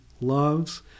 loves